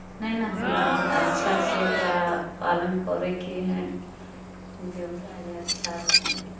नहि ने होतै अच्छासँ ओकरा पालन करयके हइ जे ओकरा जे अच्छासँ